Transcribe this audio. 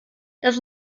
das